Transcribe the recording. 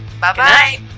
Bye-bye